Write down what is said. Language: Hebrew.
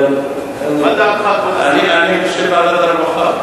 אני חושב, ועדת הרווחה.